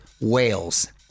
whales